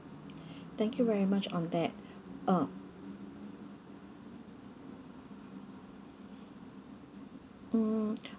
thank you very much on that uh mm